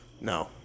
No